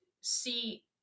see